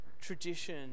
tradition